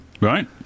Right